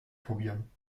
probieren